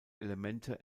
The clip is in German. elemente